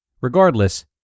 Regardless